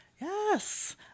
Yes